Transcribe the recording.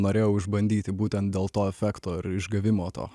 norėjau išbandyti būtent dėl to efekto ir išgavimo to